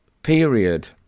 period